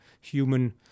human